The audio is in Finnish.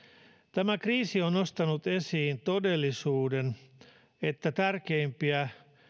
tämä kriisi on nostanut esiin sen todellisuuden että tärkeimpiä